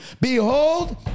Behold